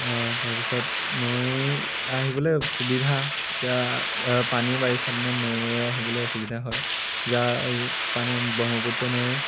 তাৰপিছত নৈ আহিবলে সুবিধা পানী বাৰিষা দিনত নৈয়ে আহিবলৈ অসুবিধা হয় যা পানী ব্ৰহ্মপুত্ৰ নৈ